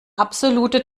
absolute